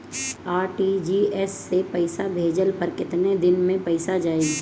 RTGS से पईसा भेजला पर केतना दिन मे पईसा जाई?